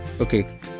Okay